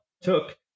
took